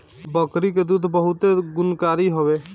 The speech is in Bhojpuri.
बकरी के दूध बहुते गुणकारी हवे